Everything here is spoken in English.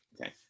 Okay